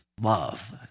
love